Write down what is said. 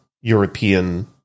European